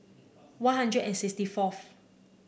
One Hundred and sixty fourth